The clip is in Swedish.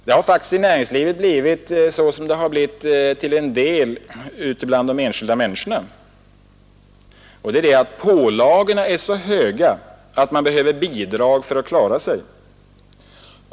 Det har faktiskt i näringslivet blivit som det till en del blivit bland de enskilda människorna, att pålagorna är så höga att man behöver bidrag för att klara sig.